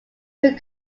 took